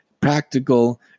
practical